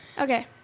Okay